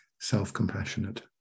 self-compassionate